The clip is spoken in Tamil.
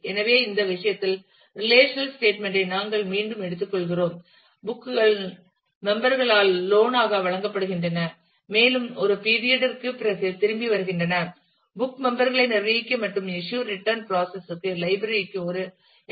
எனவே இந்த விஷயத்தில் ரெலேஷனல் ஸ்டேட்மெண்ட் ஐ நாங்கள் மீண்டும் எடுத்துக்கொள்கிறோம் புக் கள் மெம்பர் களால் லோன் ஆக வழங்கப்படுகின்றன மற்றும் ஒரு பீரியட்ற்குப் பிறகு திரும்பி வருகின்றன புக் மெம்பர் ளை நிர்வகிக்க மற்றும் இஸ்யூ ரிட்டன் ப்ராசஸ் ற்கு லைப்ரரி ற்கு ஒரு எல்